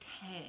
ten